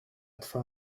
twa